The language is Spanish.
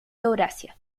eurasia